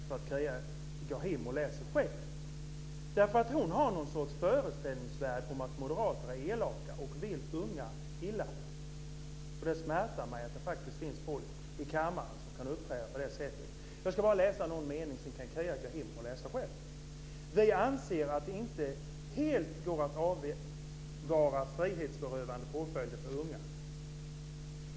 Fru talman! Jag förstår att det inte räcker att jag läser ur motionen. Det är bättre att Kia går hem och läser själv. Hon har någon sorts föreställning om att moderater är elaka och vill unga illa. Det smärtar mig att det faktiskt finns folk i kammaren som kan uppträda på det sättet. Jag ska bara läsa någon mening - sedan kan Kia gå hem och läsa själv: Vi anser att det inte helt går att avvara frihetsberövande påföljder för unga.